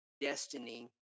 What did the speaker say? destiny